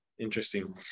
Interesting